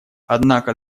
однако